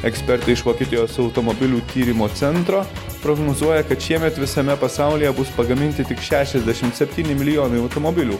ekspertai iš vokietijos automobilių tyrimo centro prognozuoja kad šiemet visame pasaulyje bus pagaminti tik šešiasdešim septyni milijonai automobilių